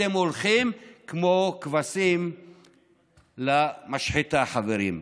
אתם הולכים כמו כבשים למשחטה, חברים.